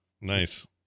Nice